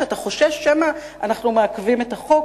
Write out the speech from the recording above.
שאתה חושש שמא אנחנו מעכבים את החוק